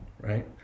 right